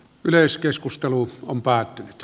yleiskeskustelu on päättynyt